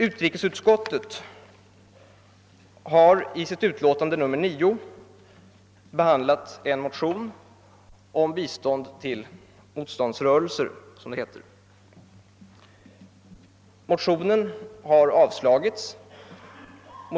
Utrikesutskottet har i sitt utlåtande nr 9 behandlat ett motionspar avseende bistånd till motståndsrörelser, som det heter. Motionerna har avstyrkts.